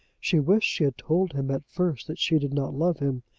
she wished she had told him at first that she did not love him,